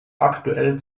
aktuell